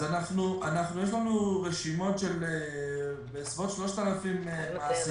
יש לנו בסביבות 3,000 מעסיקים.